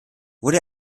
wurde